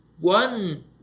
One